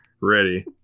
ready